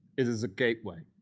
it is a gateway.